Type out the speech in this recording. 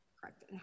correct